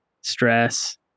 stress